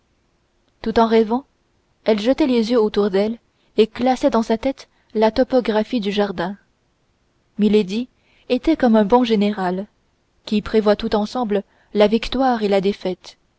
tout en rêvant elle jetait les yeux autour d'elle et classait dans sa tête la topographie du jardin milady était comme un bon général qui prévoit tout ensemble la victoire et la défaite